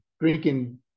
drinking